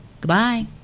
goodbye